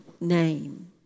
name